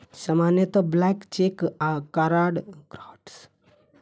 सामान्यतः blank cheque आ crossed cheque जारी कैल जाइ छै